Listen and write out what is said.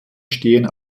stehen